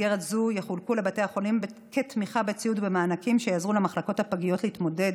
יחולקו לבתי החולים כתמיכה בציוד ומענקים שיעזרו למחלקות הפגיות להתמודד